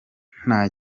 nta